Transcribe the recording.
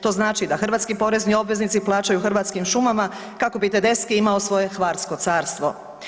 To znači da hrvatski porezni obveznici plaćaju Hrvatskim šumama kako bi Tedeschi imao svoje hvarsko carstvo.